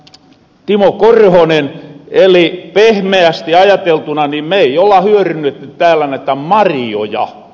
timo korhonen eli pehmeästi ajateltuna me ei olla hyörynnetty täällä näitä marjoja